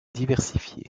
diversifiés